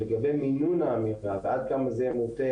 לגבי מינון האמירה ועד כמה זה יהיה מוטה